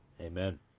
Amen